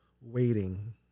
waiting